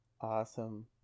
awesome